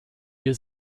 wir